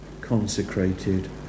consecrated